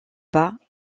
bas